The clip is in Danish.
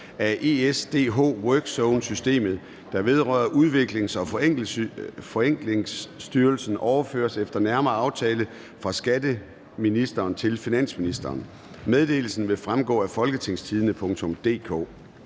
af ESDH-WorkZone systemet, der vedrører Udviklings- og Forenklingsstyrelsen overføres efter nærmere aftale fra skatteministeren til finansministeren. Meddelelsen vil fremgå af www.folketingstidende.dk